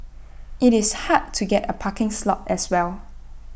IT is hard to get A parking slot as well